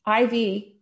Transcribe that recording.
IV